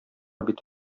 бит